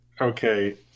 Okay